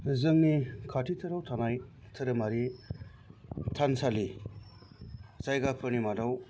जोंनि खाथिथाराव थानाय धोरोमारि थानसालि जायगाफोरनि मादाव